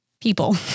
people